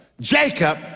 Jacob